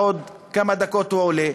בעוד כמה דקות הוא עולה,